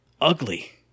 ugly